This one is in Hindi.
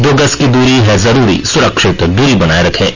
दो गज की दूरी है जरूरी सुरक्षित दूरी बनाए रखें